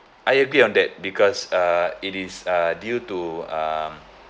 I agree on that because uh it is uh due to um